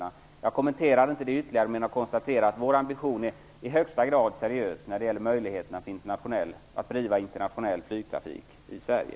Jag vill inte kommentera det ytterligare, men jag konstaterar att vår ambition är i högsta grad seriös när det gäller möjligheten att driva internationell flygtrafik i Sverige.